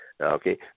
Okay